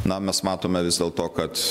na mes matome vis dėlto kad